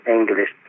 English